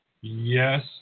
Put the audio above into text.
Yes